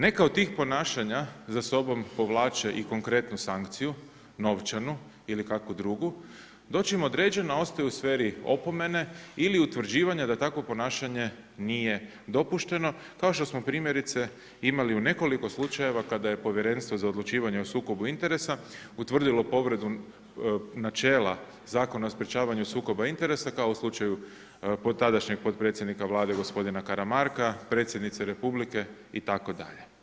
Neka od tih ponašanja za sobom povlače i konkretnu sankciju, novčanu ili kakvu drugu dočim određene ostaju sferi opomene ili utvrđivanja da takvo ponašanje nije dopušteno kao što smo primjerice imali u nekoliko slučajeva kada Povjerenstvo za odlučivanje o sukobu interesa utvrdilo povredu načela Zakona o sprječavanju sukoba interesa kao u slučaju tadašnjeg potpredsjednika Vlade gospodina Karamarka, Predsjednice Republike itd.